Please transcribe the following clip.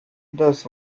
thus